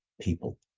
people